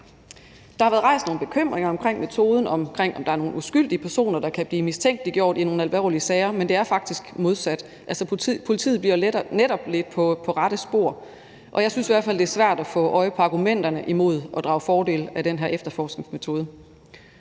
Der har været rejst nogle bekymringer omkring metoden, og om der er nogle uskyldige personer, der kan blive mistænkeliggjort i nogle alvorlige sager, men det er faktisk modsat. Altså, politiet bliver jo netop ledt på rette spor, og jeg synes i hvert fald, det er svært at få øje på argumenterne imod at drage fordel af den her efterforskningsmetode.